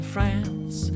France